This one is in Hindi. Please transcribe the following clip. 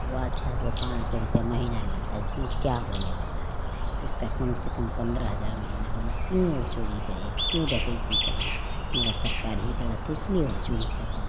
वार्ड साहब को पाँच सौ रुपया महीना मिलता है उसमें क्या होने वाला है उसमें कम से कम पंद्रह हजार महीना होना क्यों वो चोरी करे क्यों डकैती करे मेरा सरकार ही गलत है इसीलिए वो चोरी करवाता है